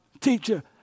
teacher